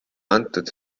antud